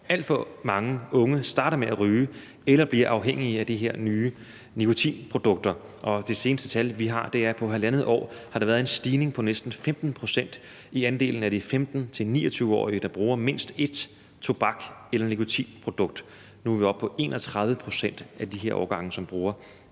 Alt for mange unge starter med at ryge eller bliver afhængige af de her nye nikotinprodukter, og det seneste tal, vi har, er, at på 1½ år har der været en stigning på næsten 15 pct. i andelen af de 15-29-årige, der bruger mindst ét tobaks- eller nikotinprodukt, så vi nu er oppe på 31 pct. af de her årgange, som bruger mindst